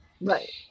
right